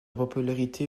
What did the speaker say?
popularité